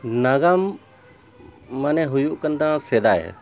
ᱱᱟᱜᱟᱢ ᱢᱟᱱᱮ ᱦᱩᱭᱩᱜ ᱠᱟᱱ ᱛᱟᱢᱟ ᱥᱮᱫᱟᱭ